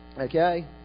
okay